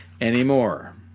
anymore